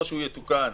או שהוא יתוקן